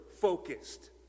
focused